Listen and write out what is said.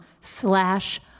slash